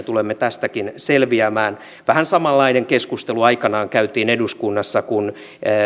tulemme tästäkin selviämään vähän samanlainen keskustelu aikanaan käytiin eduskunnassa kun